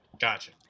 Gotcha